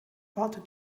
wartet